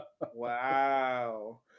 Wow